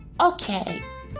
Okay